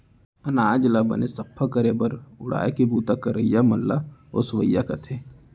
अनाज ल बने सफ्फा करे बर उड़ाय के बूता करइया मन ल ओसवइया कथें